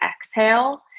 exhale